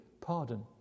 pardon